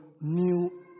new